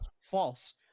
false